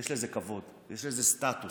יש לזה כבוד, יש לזה סטטוס,